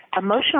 emotional